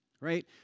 right